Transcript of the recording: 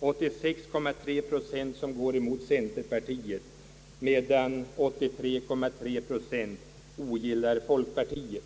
86,3 procent som går emot centerpartiet, medan 83,3 procent ogillar folkpartiet.